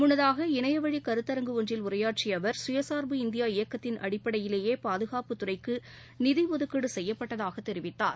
முன்னதாக இணையவழி கருத்தரங்கு ஒன்றில் உரையாற்றிய அவர் கயசார்பு இந்தியா இயக்கத்தின் அடிப்படையிலேயே பாதுகாப்பு துறைக்கு நிதி ஒதுக்கீடு செய்யப்பட்டதாக தெரிவித்தார்